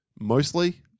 Mostly